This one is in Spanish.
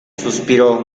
suspiró